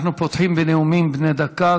אנחנו פותחים בנאומים בני דקה.